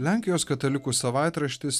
lenkijos katalikų savaitraštis